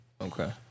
okay